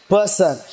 Person